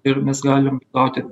ir mes galim gauti